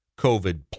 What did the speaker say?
COVID